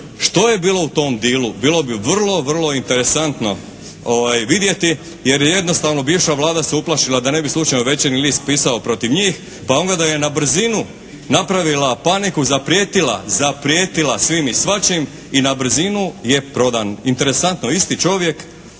Što je bilo u tom dealu bilo bi vrlo, vrlo interesantno vidjeti, jer je jednostavno bivša Vlada se uplašila da ne bi slučajno "Večernji list" pisao protiv njih, pa onda je na brzinu napravila paniku, zaprijetila, zaprijetila svim i svačim i na brzinu je prodan. Interesantno, isti čovjek